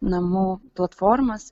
namų platformas